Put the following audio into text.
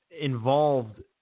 involved